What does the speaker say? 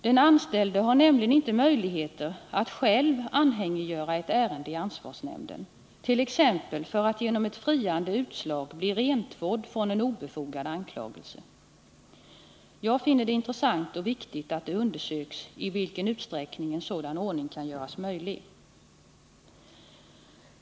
Den anställde har nämligen inte möjligheter att själv anhängiggöra ett ärende i ansvarsnämnden, t.ex. för att genom ett friande utslag bli rentvådd från en obefogad anklagelse. Jag finner det intressant och viktigt att det undersöks i vilken utsträckning en sådan ordning kan göras möjlig.